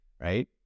Right